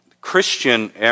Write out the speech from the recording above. Christian